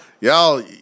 y'all